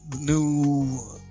new